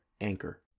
Anchor